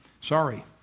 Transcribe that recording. Sorry